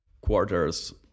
quarters